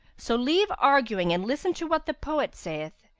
so leave arguing and listen to what the poet saith,